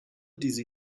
diese